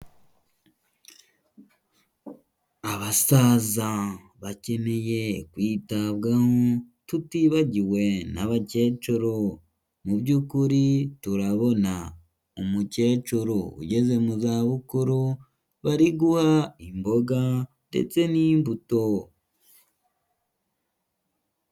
Abasaza bakeneye kwi tutibagiwe n'abakecuru, mu by'ukuri turabona umukecuru ugeze mu za bukuru bari guha imboga ndetse n'imbuto.